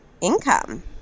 income